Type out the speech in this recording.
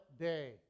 day